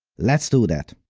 let's do that!